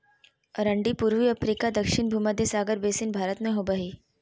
अरंडी पूर्वी अफ्रीका दक्षिण भुमध्य सागर बेसिन भारत में होबो हइ